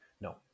No